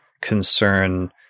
concern